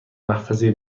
محفظه